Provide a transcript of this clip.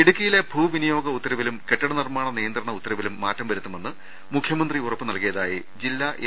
ഇടുക്കിയിലെ ഭൂ വിനിയോഗ ഉത്തരവിലും കെട്ടിട നിർമ്മാണ നിയന്ത്രണ ഉത്തരവിലും മാറ്റം വരുത്തുമെന്ന് മുഖ്യമന്ത്രി ഉറപ്പു നൽകിയതായി ജില്ലാ എൽ